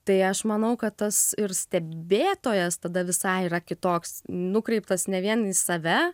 tai aš manau kad tas ir stebėtojas tada visai yra kitoks nukreiptas ne vien į save